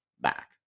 back